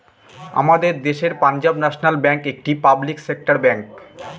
আমাদের দেশের Punjab national bank একটি পাবলিক সেক্টর ব্যাঙ্ক